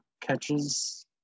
catches